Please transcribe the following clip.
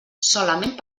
solament